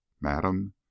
madam